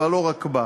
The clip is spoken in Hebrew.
אבל לא רק בה.